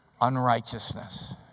unrighteousness